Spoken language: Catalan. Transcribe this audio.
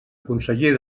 conseller